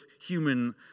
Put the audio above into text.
human